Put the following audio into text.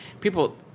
people